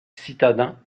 citadins